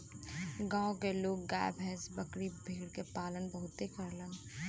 गांव के लोग गाय भैस, बकरी भेड़ के पालन बहुते करलन